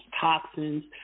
toxins